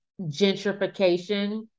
gentrification